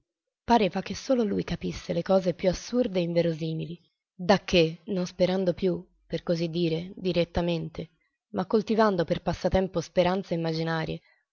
pareva che lui solo capisse le cose più assurde e inverosimili da che non sperando più per così dire direttamente ma coltivando per passatempo speranze immaginarie